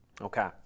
Okay